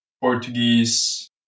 Portuguese